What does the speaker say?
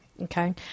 Okay